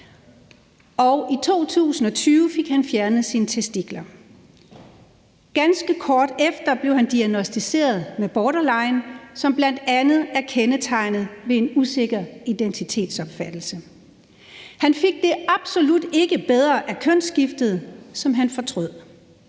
og i 2020 fik han fjernet sine testikler. Ganske kort efter blev han diagnosticeret med borderline, som bl.a. er kendetegnet ved en usikker identitetsopfattelse. Han fik det absolut ikke bedre af kønsskiftet, som han fortrød.